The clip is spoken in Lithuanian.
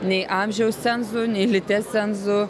nei amžiaus cenzų nei lyties cenzų